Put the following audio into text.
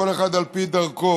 כל אחד על פי דרכו.